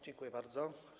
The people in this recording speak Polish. Dziękuję bardzo.